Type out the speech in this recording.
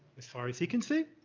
as far as he can see,